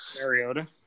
Mariota